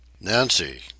nancy